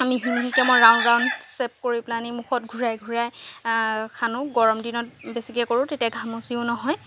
আমি round round shape কৰি পেলাইনি মুখত ঘূৰাই ঘূৰাই সানোঁ গৰমদিনত বেছিকৈ কৰোঁ তেতিয়া ঘামচিও নহয়